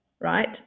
Right